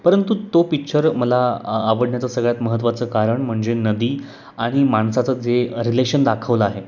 परंतु तो पिच्चर मला आ आवडण्याचा सगळ्यात महत्वाचं कारण म्हणजे नदी आणि माणसाचं जे रिलेशन दाखवलं आहे